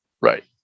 Right